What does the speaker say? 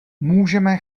můžeme